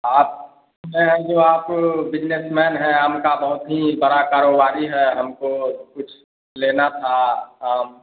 आप मैं जो आप बिजनेसमैन हैं आम का बहुत ही बड़ा कारोबारी हैं हमको कुछ लेना था आम